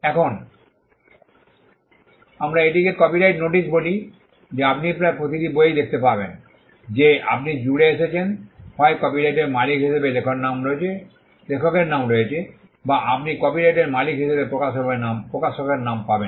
এখন আমরা এটিকেই কপিরাইট নোটিশ বলি যা আপনি প্রায় প্রতিটি বইয়ে দেখতে পাবেন যে আপনি জুড়ে এসেছেন হয় কপিরাইটের মালিক হিসাবে লেখকের নাম রয়েছে বা আপনি কপিরাইটের মালিক হিসাবে প্রকাশকের নাম পাবেন